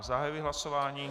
Zahajuji hlasování.